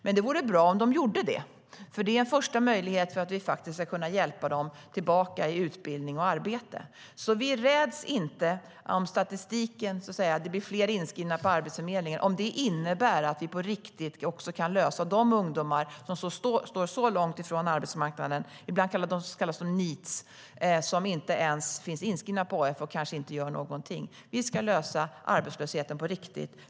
Men det vore bra om de gjorde det, för det är en första möjlighet för att vi ska kunna hjälpa dem tillbaka i utbildning eller arbete. Vi räds inte om det blir fler inskrivna på Arbetsförmedlingen om det innebär att vi på riktigt kan lösa problemet med de ungdomar som står så långt ifrån arbetsmarknaden - ibland kallas de Neets - och inte ens finns inskrivna på AF och kanske inte gör någonting. Vi ska lösa arbetslösheten på riktigt.